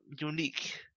unique